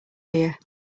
here